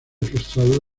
frustrado